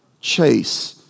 chase